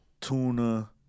tuna